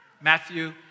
Matthew